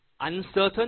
uncertain